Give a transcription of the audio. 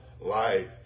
life